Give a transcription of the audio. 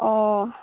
অঁ